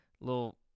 little